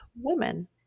woman